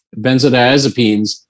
benzodiazepines